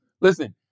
listen